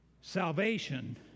salvation